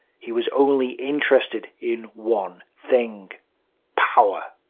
he was only interested in one thing power.